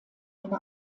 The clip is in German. eine